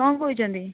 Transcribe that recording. କ'ଣ କହୁଛନ୍ତି